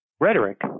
rhetoric